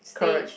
stage